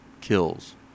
kills